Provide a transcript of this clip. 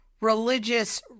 religious